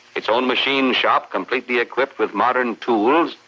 its own machine shop completely equipped with modern tools,